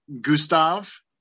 Gustav